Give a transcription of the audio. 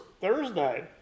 Thursday